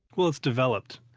well, it's developed.